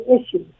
issues